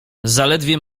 zaledwie